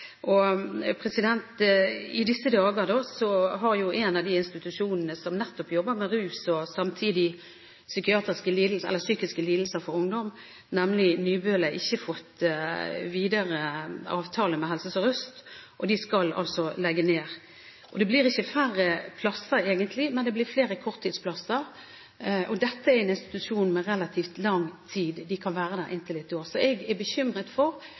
en av de institusjonene som nettopp jobber med rus og psykiske lidelser hos ungdom, nemlig Nybøle, ikke fått videreført avtalen med Helse Sør-Øst, og de skal altså legge ned. Det blir egentlig ikke færre plasser, men det blir flere korttidsplasser. Dette er en institusjon hvor man kan være i en relativt lang tid – i inntil ett år. Så jeg er bekymret for